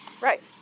Right